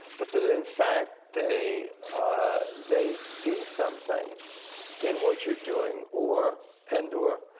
but that ah in fact, they they see something in what you're doing, or and or,